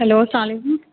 hello سلام علیکم